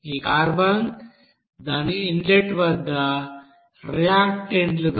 ఈ కార్బన్ దాని ఇన్లెట్ వద్ద రియాక్టెంట్గా 82